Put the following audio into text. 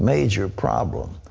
major problems.